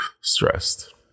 stressed